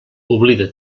oblida